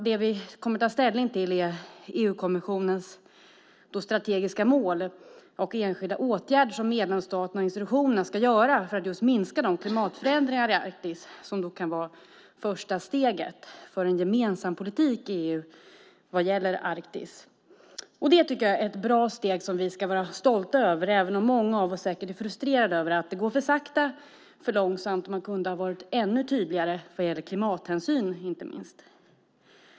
Det vi kommer att ta ställning till är EU-kommissionens förslag till strategiska mål och enskilda åtgärder som medlemsstaterna och institutionerna ska göra för att minska klimatförändringarna i Arktis. Det ska vara första steget mot en gemensam politik i EU vad gäller Arktis. Det är ett bra steg som vi ska vara stolta över, även om många av oss är frustrerade över att det går för sakta. Man kunde också ha varit ännu tydligare vad gäller klimathänsyn inte minst.